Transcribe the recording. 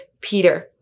Peter